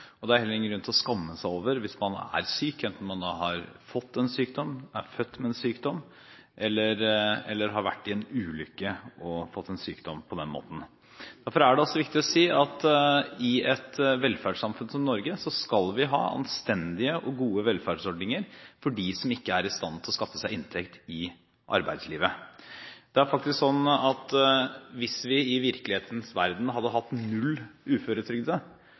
jobbe. Det er heller ingen grunn til å skamme seg over det hvis man er syk, enten man har fått en sykdom, er født med en sykdom, eller har vært i en ulykke og fått en sykdom på den måten. Derfor er det også viktig å si at i et velferdssamfunn som Norge skal vi ha anstendige og gode velferdsordninger for dem som ikke er i stand til å skaffe seg inntekt i arbeidslivet. Det er faktisk slik at hvis vi i virkelighetens verden hadde hatt null